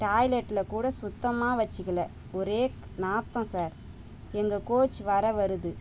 டாய்லெட்ல கூட சுத்தமாக வச்சுக்கல ஒரே நாற்றம் சார் எங்கள் கோச் வர வருது